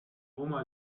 oma